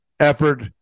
Effort